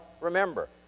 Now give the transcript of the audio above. remember